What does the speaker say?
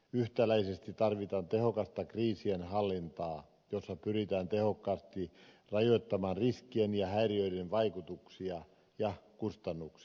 yhtäläisesti tarvitaan tehokasta krii sien hallintaa jossa pyritään tehokkaasti rajoittamaan riskien ja häiriöiden vaikutuksia ja kustannuksia